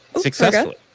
successfully